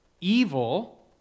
evil